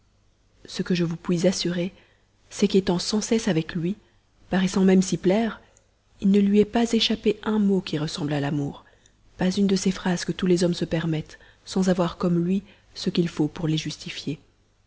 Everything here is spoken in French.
ce que je puis vous assurer c'est qu'étant sans cesse avec moi paraissant même s'y plaire il ne lui est pas échappé un mot qui ressemble à l'amour pas une de ces phrases que tous les hommes se permettent sans avoir comme lui ce qu'il faut pour les justifier